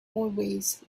always